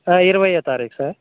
ఇరవైయ్యో తారీఖు సార్